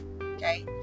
okay